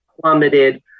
plummeted